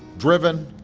driven,